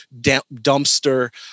dumpster